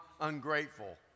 ungrateful